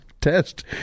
test